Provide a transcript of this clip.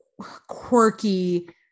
quirky